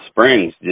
Springs